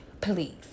Please